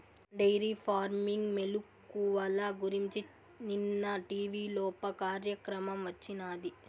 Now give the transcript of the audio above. dairy farming మెలుకువల గురించి నిన్న టీవీలోప కార్యక్రమం వచ్చినాది